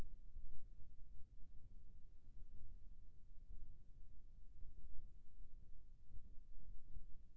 फसल के पान मुड़े के नवीनीकरण का हवे ओकर ले बचे के कोन सा उपाय होथे ओकर लक्षण कैसे होथे?